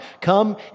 Come